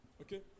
Okay